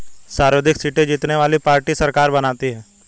सर्वाधिक सीटें जीतने वाली पार्टी सरकार बनाती है